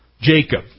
Jacob